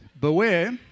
Beware